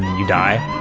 you die